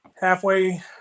halfway